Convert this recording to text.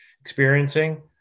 experiencing